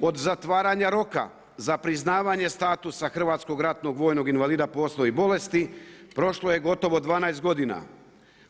Kod zatvaranja roka, za priznavanje status hrvatskog ratnog vojnog invalida, postoji bolesti, prošlo je gotovo 12 godina,